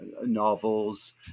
novels